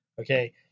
Okay